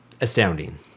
astounding